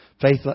Faith